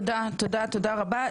תודה רבה.